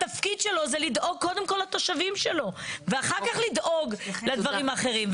התפקיד שלו זה לדאוג קודם כל לתושבים שלו ואחר כך לדאוג לדברים האחרים.